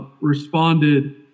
responded